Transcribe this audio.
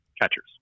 catchers